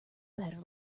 better